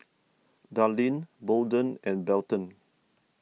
Darline Bolden and Belton